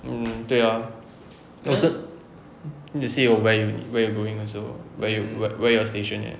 um 对 ah 也是 see where you where you going also where you where where you are station at